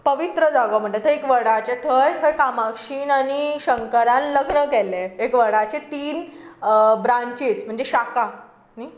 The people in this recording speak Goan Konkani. पवित्र जागो म्हणटात थंय एक वडाचें थंय खंय कामाक्षीन आनी शंकरान लग्न केल्लें एक वडाचें तीन ब्रांचीस म्हणजें शाखा